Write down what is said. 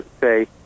say